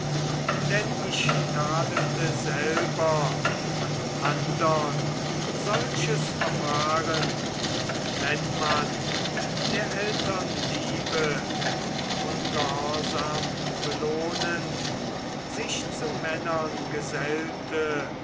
denn ich tadelte selber an andern solches verfahren wenn man der eltern liebe mit ungehorsam belohnend sich zu männern gesellte